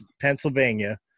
Pennsylvania